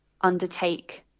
undertake